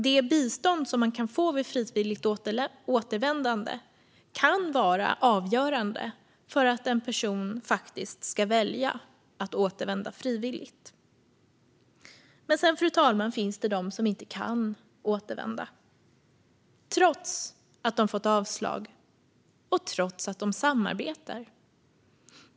Det bistånd som man kan få vid frivilligt återvändande kan vara avgörande för att en person ska välja att återvända frivilligt. Men sedan, fru talman, finns det de som inte kan återvända, trots att de fått avslag och trots att de samarbetar.